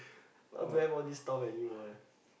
now don't have all these stuff anymore eh